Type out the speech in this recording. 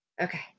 Okay